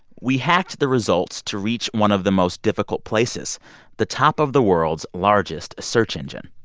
we hacked the results to reach one of the most difficult places the top of the world's largest search engine.